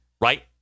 right